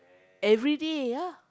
everyday ya